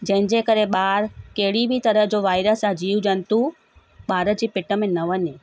जंहिंजे करे ॿारु कहिड़ी बि तरह जो वाइरस या जीव जंतू ॿार जी पेट में न वञे